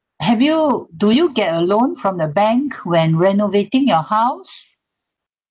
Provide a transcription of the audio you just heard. have you do you get a loan from the bank when renovating your house